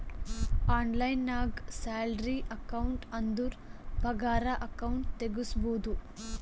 online ನಾಗ್ salary account ಅಂದುರ್ ಪಗಾರ ಅಕೌಂಟ್ ತೆಗುಸ್ಬೋದು